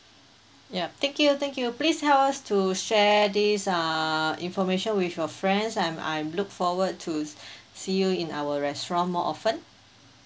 ya thank you thank you please help us to share this uh information with your friends and I'm look forward to see you in our restaurant more often